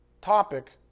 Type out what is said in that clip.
topic